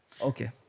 Okay